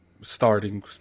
starting